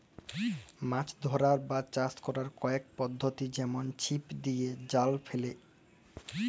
মাছ ধ্যরার বা চাষ ক্যরার কয়েক পদ্ধতি যেমল ছিপ দিঁয়ে, জাল ফ্যাইলে